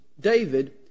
David